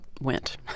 went